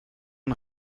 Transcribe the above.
ein